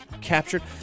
captured